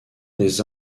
des